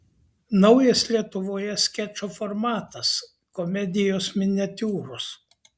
naujas lietuvoje skečo formatas komedijos miniatiūros